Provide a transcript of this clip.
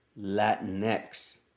Latinx